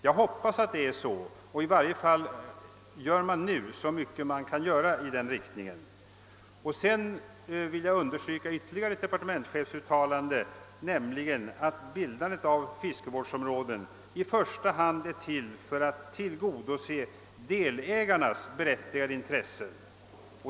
Jag hoppas att det är så, och i varje fall gör man nu så mycket som kan göras i den riktningen. Sedan vill jag understryka ytterligare ett departementschefsuttalande, nämligen att bildandet av fiskevårdsområden i första hand syftar till att tillgodose delägarnas berättigade intressen.